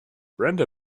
brenda